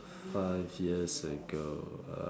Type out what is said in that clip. five years ago